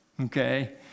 okay